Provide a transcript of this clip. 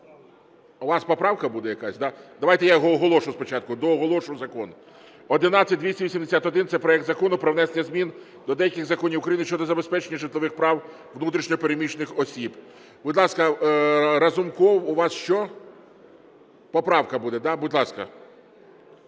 у вас поправка буде якась, да? Давайте я його оголошу спочатку... дооголошу закон. 11281 – це проект Закону про внесення змін до деяких законів України щодо забезпечення житлових прав внутрішньо переміщених осіб. Будь ласка, Разумков, у вас що? Поправка буде. Будь ласка.